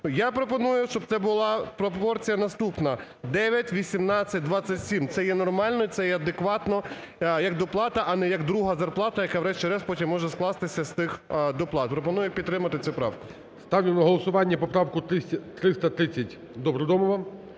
Я пропоную, щоб це була пропорція наступна: 9,18, 27, це є нормально, це є адекватно як доплата, а не як друга зарплата, яка, врешті-решт, потім може скластися з тих доплат. Пропоную підтримати цю правку. ГОЛОВУЮЧИЙ. Cтавлю на голосування поправку 330 Добродомова.